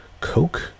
coke